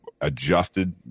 adjusted